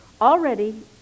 Already